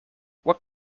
what